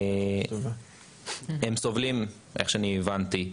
ממה שהבנתי,